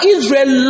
Israel